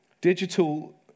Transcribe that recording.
Digital